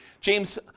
James